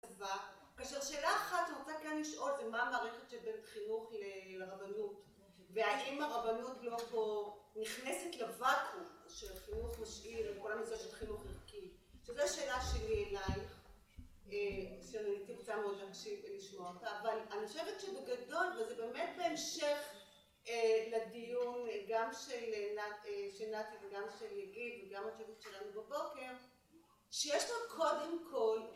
כאשר שאלה אחת, אני רוצה כאן לשאול, זה מה המערכת של בית חינוך היא לרבנות, והאם הרבנות לא פה נכנסת לוואקום של חינוך משאיר וכל המצוות של חינוך חלקי? שזו השאלה שלי אלייך, שאני רוצה מאוד להקשיב ולשמוע אותה, אבל אני חושבת שבגדול, וזה באמת בהמשך לדיון, גם של נתי וגם של יגיב וגם הצוות שלנו בבוקר, שיש לך קודם כל.